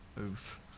Oof